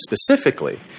specifically